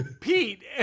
Pete